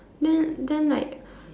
then then like